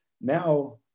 now